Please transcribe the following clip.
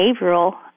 behavioral